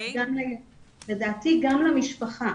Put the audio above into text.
לדעתי גם למשפחה,